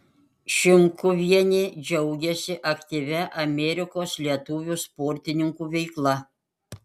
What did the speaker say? šimkuvienė džiaugiasi aktyvia amerikos lietuvių sportininkų veikla